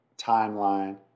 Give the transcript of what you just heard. timeline